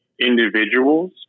individuals